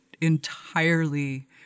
entirely